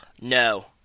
No